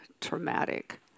traumatic